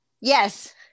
Yes